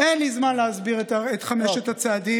אין לי זמן להסביר את חמשת הצעדים,